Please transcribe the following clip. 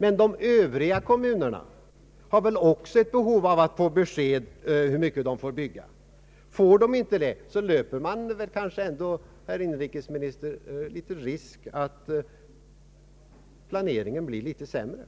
Men de övriga kommunerna har väl också ett behov av besked om hur mycket de får bygga! Får de inte det, löper man, herr inrikesminister, kanske risk för sämre planering.